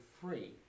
free